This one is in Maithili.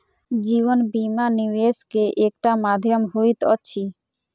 जीवन बीमा, निवेश के एकटा माध्यम होइत अछि